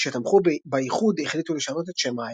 שתמכו באיחוד החליטו לשנות את שם העיירה.